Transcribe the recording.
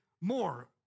more